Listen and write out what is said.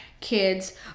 kids